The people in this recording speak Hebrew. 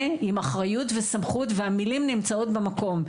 עם אחריות וסמכות והמילים נמצאות במקום.